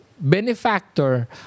benefactor